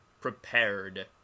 prepared